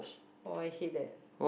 oh I hate that